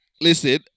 listen